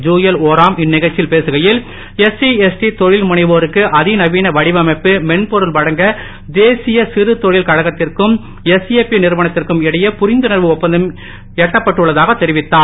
ஜுயல் ஓராம் இந்நிகழ்ச்சியில் பேசுகையில் SC ST தொழில்முனைவோருக்கு அதிநவீன வடிவமைப்பு மென்பொருள் வழங்க தேசிய சிறுதொழில் கழகத்திற்கும் எஸ்ஏபி நிறுவனத்திற்கும் இடையே புரிந்துணர்வு ஒப்பந்தம் எட்டப்பட்டுள்ளதாக தெரிவித்தார்